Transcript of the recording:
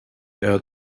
hard